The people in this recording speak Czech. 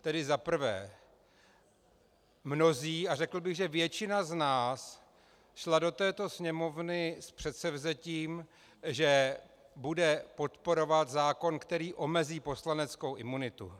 Tedy za prvé, mnozí, a řekl bych, že většina z nás šla do této Sněmovny s předsevzetím, že bude podporovat zákon, který omezí poslaneckou imunitu.